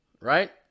Right